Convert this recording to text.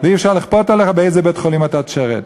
ואי-אפשר לכפות עליך באיזה בית-חולים אתה תשרת.